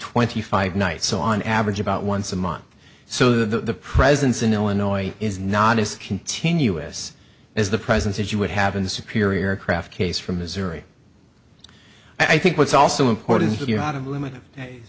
twenty five nights on average about once a month so the presence in illinois is not as continuous as the presence as you would have in the superior craft case for missouri i think what's also important is that you're out of limited